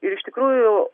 ir iš tikrųjų